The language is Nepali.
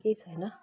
केही छैन